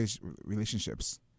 relationships